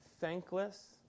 thankless